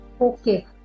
Okay